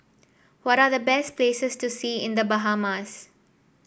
what are the best places to see in The Bahamas